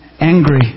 angry